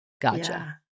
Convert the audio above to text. Gotcha